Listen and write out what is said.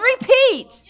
repeat